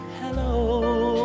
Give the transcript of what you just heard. hello